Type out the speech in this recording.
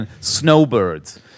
Snowbirds